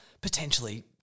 potentially